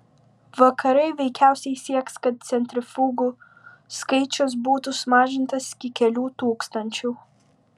vakarai veikiausiai sieks kad centrifugų skaičius būtų sumažintas iki kelių tūkstančių